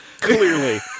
Clearly